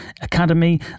Academy